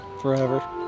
Forever